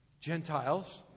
Gentiles